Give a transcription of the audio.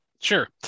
Sure